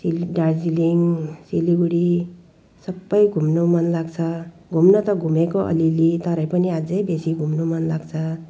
सिल दार्जिलिङ सिलिगुडी सबै घुम्नु मन लाग्छ घुम्न त घुमेको अलिअलि तर पनि अझै बेसी घुम्नु मन लाग्छ